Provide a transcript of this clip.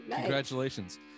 Congratulations